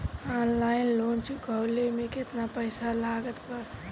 Online loan चुकवले मे केतना पईसा लागत बा?